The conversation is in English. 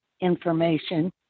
information